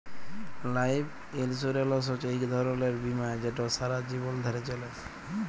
life insurance হছে ইক ধরলের বীমা যেট সারা জীবল ধ্যরে চলে